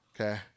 Okay